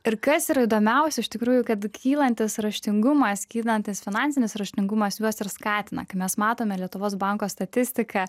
ir kas yra įdomiausia iš tikrųjų kad kylantis raštingumas kylantis finansinis raštingumas juos ir skatina kai mes matome lietuvos banko statistiką